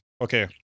okay